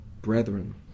brethren